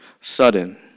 sudden